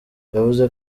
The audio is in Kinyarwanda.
yavuze